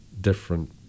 different